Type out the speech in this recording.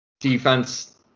Defense